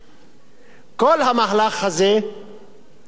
כל המהלך הזה הוא מהלך